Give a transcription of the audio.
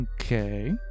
okay